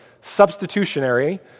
substitutionary